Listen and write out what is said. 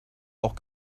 auch